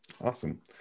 Awesome